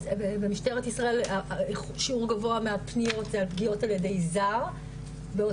במשטרת ישראל שיעור גבוה מהפניות זה פגיעות על ידי זר בעוד